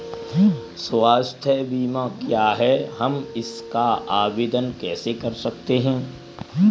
स्वास्थ्य बीमा क्या है हम इसका आवेदन कैसे कर सकते हैं?